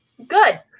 good